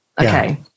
Okay